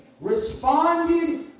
responded